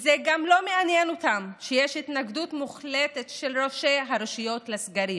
וזה גם לא מעניין אותם שיש התנגדות מוחלטת של ראשי הרשויות לסגרים,